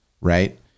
right